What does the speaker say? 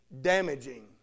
damaging